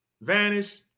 Vanish